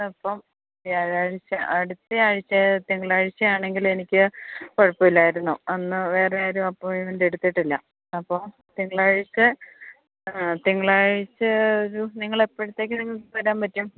ഇന്ന് ഇപ്പം വ്യാഴാഴ്ച അടുത്ത ആഴ്ച തിങ്കളാഴ്ചയാണെങ്കിൽ എനിക്ക് കുഴപ്പമില്ലായിരുന്നു അന്ന് വേറെ ആരും അപ്പോയിൻമെൻ്റ് എടുത്തിട്ടില്ല അപ്പോൾ തിങ്കളാഴ്ച ആ തിങ്കളാഴ്ച ഒരു നിങ്ങൾ എപ്പോഴത്തേക്ക് നിങ്ങൾക്ക് വരാൻ പറ്റും